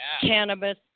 cannabis